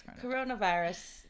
Coronavirus